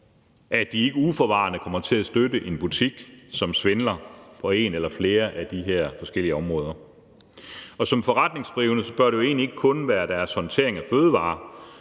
at de ikke uforvarende kommer til at støtte en butik, som svindler i forhold til et eller flere af de her forskellige områder. Kl. 19:48 Som forretningsdrivende bør det jo egentlig ikke kun være deres håndtering af fødevarer,